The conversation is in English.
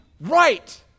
Right